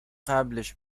قبلش